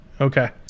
Okay